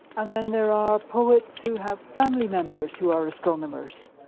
and then there are poets who have family members who are astronomers.